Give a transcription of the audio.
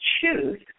choose